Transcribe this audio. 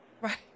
Right